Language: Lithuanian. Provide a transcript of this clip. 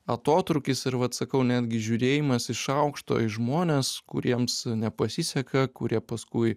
atotrūkis ir vat sakau netgi žiūrėjimas iš aukšto į žmones kuriems nepasiseka kurie paskui